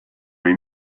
või